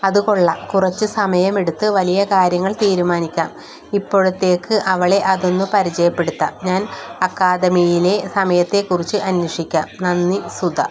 അത് കൊള്ളാം കുറച്ച് സമയമെടുത്ത് വലിയ കാര്യങ്ങൾ തീരുമാനിക്കാം ഇപ്പോഴത്തേക്ക് അവളെ അതൊന്നു പരിചയപ്പെടുത്താം ഞാൻ അക്കാഡമിയിലെ സമയത്തെ കുറിച്ച് അന്വേഷിക്കാം നന്ദി സുധ